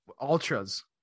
ultras